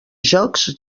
jocs